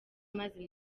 maze